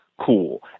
cool